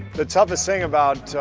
the toughest thing about